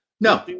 No